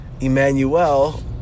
Emmanuel